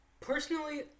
personally